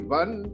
one